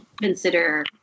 consider